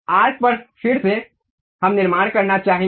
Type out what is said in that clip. arc पर फिर से हम निर्माण करना चाहते हैं